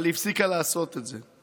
אבל היא הפסיקה לעשות את זה.